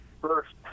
first